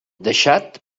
deixat